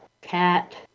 cat